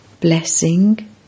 Blessing